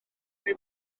ydy